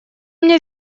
меня